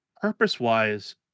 purpose-wise